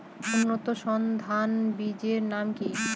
উন্নত সর্ন ধান বীজের নাম কি?